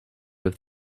with